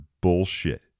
bullshit